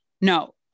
No